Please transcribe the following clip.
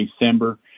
December